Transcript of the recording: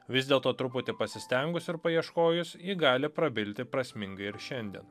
vis dėlto truputį pasistengus ir paieškojus ji gali prabilti prasmingai ir šiandien